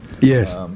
Yes